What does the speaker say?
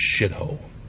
shithole